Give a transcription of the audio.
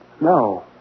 No